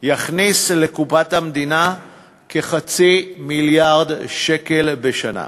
יכניס לקופת המדינה כחצי מיליארד שקלים בשנה.